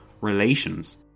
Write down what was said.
relations